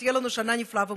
שתהיה לנו שנה נפלאה ומוצלחת.